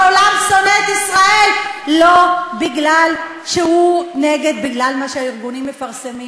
העולם שונא את ישראל לא בגלל מה שהארגונים מפרסמים.